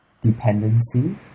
dependency